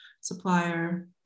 supplier